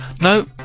no